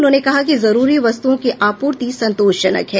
उन्होंने कहा कि जरूरी वस्तुओं की आपूर्ति संतोषजनक है